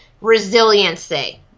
resiliency